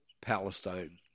Palestine